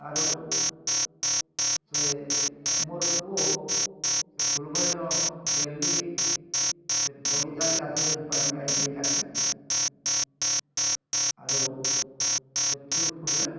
ଆରୁ ସେ ମୋର୍ ପୁଅ ସେ ଫୁଲ ଗଛ୍ ନ ଡ଼େଲୀ ସେ ବଗିଚା କେ ଆସିକରି ପାଏନ୍ କାଏଁଜ୍ ଦେଇ ଲାଗ୍ସି ଆରୁ ସେ ଫୁଲ୍ ଫୁଟ୍ଲେ